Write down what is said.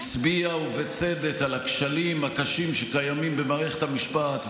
ובצדק, על הכשלים הקשים שקיימים במערכת המשפט.